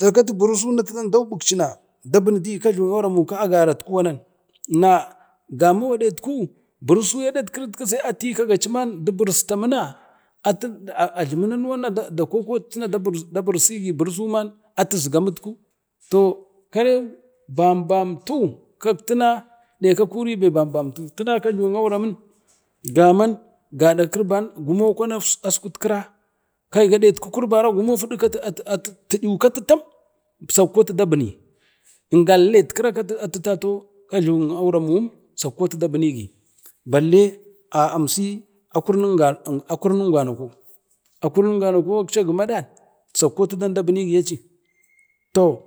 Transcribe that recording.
da gubi na dajlamigi, kajluwan aguramu man waman na gamau wadet ku birsu man iyadat kiri man atigaka ci di birista mina ajlimi nanuwa man na dakokatu nada kati birisu man atisgamno, toh kweu bam bam tu tina nelka kuribe bam bamtu, tina kwan kai gade kirban gumo fudu ka tiyu ka titam sakko atu da biri, ingallet kira ka atuta kajluwu guamun num sakko atu da binigi sai imsi akurnun gamakon, akurnun gamakou akci gami adan sakko dabini toh